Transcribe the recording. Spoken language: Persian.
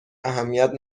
اهمیت